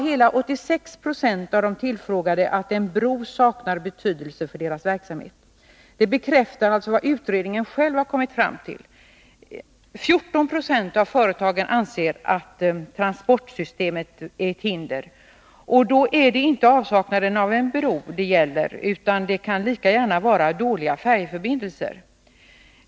Hela 86 Io av de tillfrågade sade att en bro saknade betydelse för deras verksamhet. Det bekräftar vad utredningen själv har kommit fram till. 14 96 av företagen ansåg att transportsystemet var ett hinder. Och då är det inte avsaknaden av en bro som det gäller, utan det kan lika gärna vara dåliga färjeförbindelser.